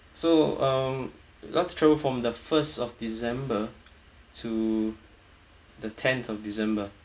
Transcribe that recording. so um love to choose from the first of december to the tenth of december